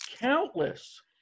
countless